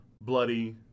bloody